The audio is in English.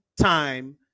time